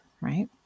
Right